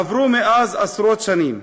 עברו מאז עשרות שנים,